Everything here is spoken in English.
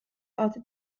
other